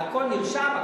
שהכול נרשם,